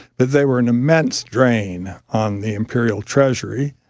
but they were an immense drain on the imperial treasury,